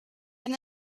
and